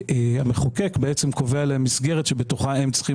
המחוקק בעצם קובע להן מסגרת שבתוכה הם צריכים